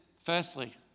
firstly